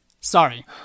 Sorry